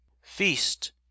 feast